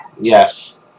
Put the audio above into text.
Yes